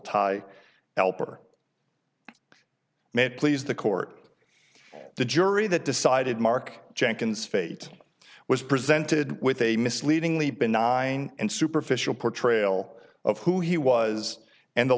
ty alper made please the court the jury that decided mark jenkins fate was presented with a misleadingly benign and superficial portrayal of who he was and the